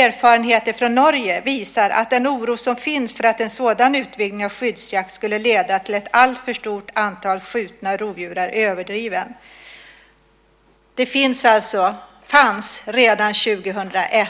Erfarenheter från Norge visar att den oro som finns för att en sådan utvidgning av skyddsjakten skulle leda till ett alltför stort antal skjutna rovdjur är överdriven." Det uttalandet fanns alltså redan 2001.